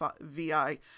VI